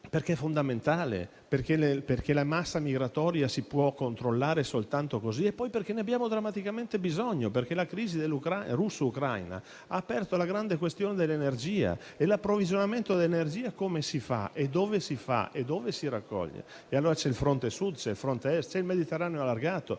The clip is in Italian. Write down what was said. perché è fondamentale, perché la massa migratoria si può controllare soltanto così e poi perché ne abbiamo drammaticamente bisogno, perché la crisi russo-ucraina ha aperto la grande questione dell'energia e l'approvvigionamento dell'energia come e dove si fa? C'è il fronte Sud, c'è il fronte Est, c'è il Mediterraneo allargato,